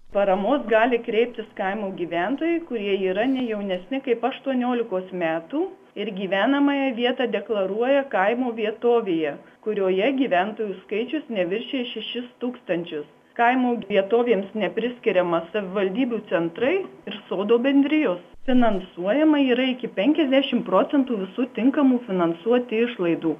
paramos gali kreiptis kaimo gyventojai kurie yra ne jaunesni kaip aštuoniolikos metų ir gyvenamąją vietą deklaruoja kaimo vietovėje kurioje gyventojų skaičius neviršija šešis tūkstančius kaimo vietovėms nepriskiriama savivaldybių centrai ir sodo bendrijos finansuojama yra iki penkiasdešim procentų visų tinkamų finansuoti išlaidų